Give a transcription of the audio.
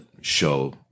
show